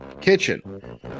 kitchen